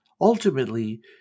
Ultimately